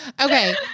Okay